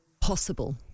possible